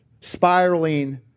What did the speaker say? spiraling